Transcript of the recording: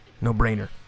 no-brainer